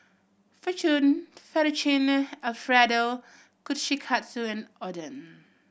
Fettuccine Alfredo Kushikatsu and Oden